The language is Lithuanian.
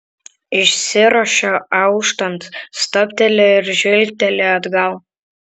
išsiruošia auštant stabteli ir žvilgteli atgal